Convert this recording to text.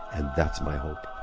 and that's my hope.